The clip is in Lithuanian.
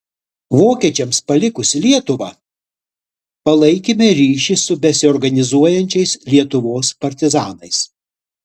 vokiečiams palikus lietuvą palaikėme ryšį su besiorganizuojančiais lietuvos partizanais